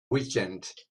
weekend